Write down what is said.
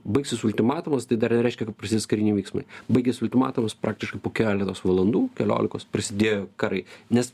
baigsis ultimatumas tai dar nereiškia kad prasidės kariniai veiksmai baigėsi ultimatumus praktiškai po keletos valandų keliolikos prasidėjo karai nes